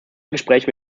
gespräche